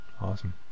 awesome